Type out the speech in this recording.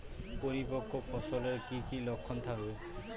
পরিপক্ক ফসলের কি কি লক্ষণ থাকবে?